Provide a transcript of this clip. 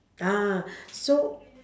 ah so